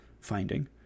finding